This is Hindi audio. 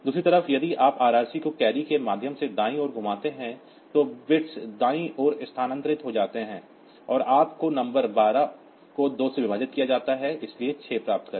दूसरी तरफ यदि आप RRC को कैरी के माध्यम से दाईं ओर घुमाते हैं तो बिट्स दाईं ओर स्थानांतरित हो जाते हैं और आपको नंबर 12 को 2 से विभाजित किया जाता है इसलिए 6 प्राप्त करें